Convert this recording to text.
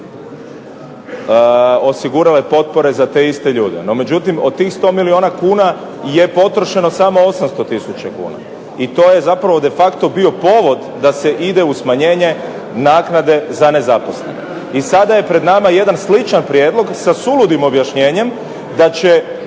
osigurale potpore za te iste ljude. No međutim, od tih 100 milijuna kuna je potrošeno samo 800 tisuća kuna i to je zapravo de facto bio povod da se ide u smanjenje naknade za nezaposlene. I sada je pred nama jedan sličan prijedlog sa suludim objašnjenjem da će